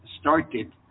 started